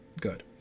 Good